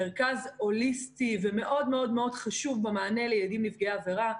מרכז הוליסטי ומאוד מאוד חשוב במענה לילדים נפגעי עבירה.